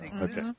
Okay